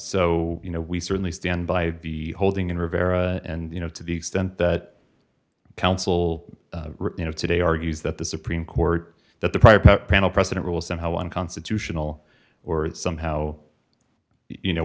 so you know we certainly stand by the holding in rivera and you know to the extent that counsel you know today argues that the supreme court that the pipette panel president will somehow unconstitutional or somehow you know